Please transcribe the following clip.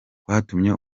kwatumye